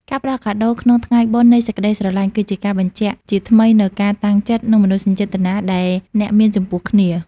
ការផ្ដល់កាដូក្នុងថ្ងៃបុណ្យនៃសេចក្ដីស្រឡាញ់ គឺជាការបញ្ជាក់ជាថ្មីនូវការតាំងចិត្ត និងមនោសញ្ចេតនាដែលអ្នកមានចំពោះគ្នា។